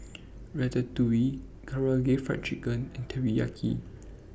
Ratatouille Karaage Fried Chicken and Teriyaki